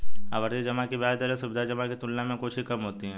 आवर्ती जमा की ब्याज दरें सावधि जमा की तुलना में कुछ ही कम होती हैं